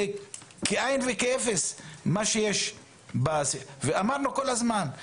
זה כאין וכאפס, ואמרנו כל הזמן,